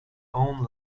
own